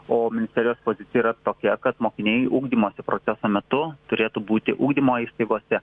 o ministerijos pozicija yra tokia kad mokiniai ugdymosi proceso metu turėtų būti ugdymo įstaigose